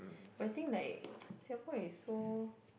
but I think like Singapore is so